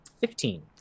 Fifteen